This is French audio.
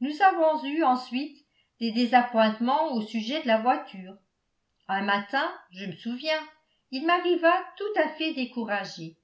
nous avons eu ensuite des désappointements au sujet de la voiture un matin je me souviens il m'arriva tout à fait découragé